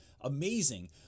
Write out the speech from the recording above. amazing